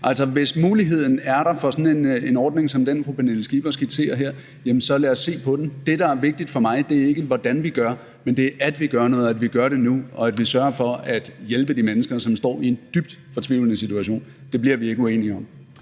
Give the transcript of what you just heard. Altså, hvis muligheden er der for sådan en ordning som den, fru Pernille Skipper skitserer her, så lad os se på den. Det, der er vigtigt for mig, er ikke, hvordan vi gør, men at vi gør noget, og at vi gør det nu, og at vi sørger for at hjælpe de mennesker, som står i en dybt fortvivlende situation. Det bliver vi ikke uenige om.